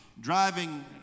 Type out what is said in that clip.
driving